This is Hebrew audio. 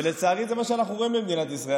ולצערי זה מה שאנחנו רואים במדינת ישראל.